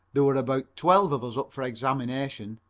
there were about twelve of us up for examination.